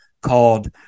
called